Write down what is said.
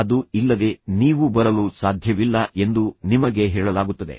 ಅದು ಇಲ್ಲದೆ ನೀವು ಬರಲು ಸಾಧ್ಯವಿಲ್ಲ ಎಂದು ನಿಮಗೆ ಹೇಳಲಾಗುತ್ತದೆ